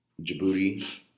Djibouti